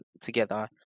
together